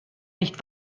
nicht